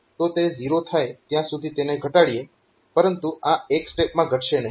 તો તે 0 થાય ત્યાં સુધી તેને ઘટાડીએ પરંતુ આ એક સ્ટેપમાં ઘટશે નહિ